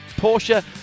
Porsche